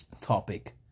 topic